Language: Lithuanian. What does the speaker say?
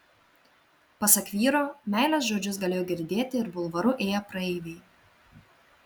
pasak vyro meilės žodžius galėjo girdėti ir bulvaru ėję praeiviai